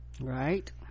right